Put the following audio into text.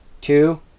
two